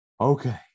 Okay